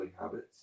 habits